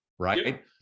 right